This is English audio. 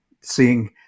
seeing